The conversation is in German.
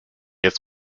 jetzt